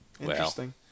Interesting